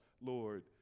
Lord